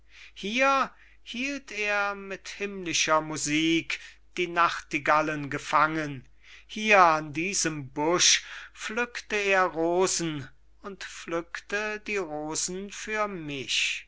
hier hielt er mit himmlischer musik die hörer der lüfte gefangen hier an diesem busch pflückte er rosen und pflückte die rosen für mich